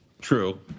True